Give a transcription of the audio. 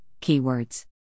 keywords